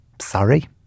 Sorry